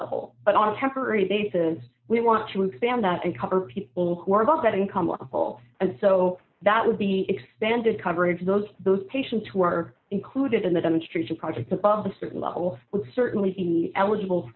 level but on a temporary basis we want to expand out and cover people who are above that income level and so that would be expanded coverage of those those patients who are included in the demonstration project above a certain level would certainly be eligible